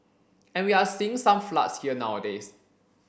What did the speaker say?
and we are seeing some floods here nowadays